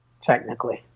Technically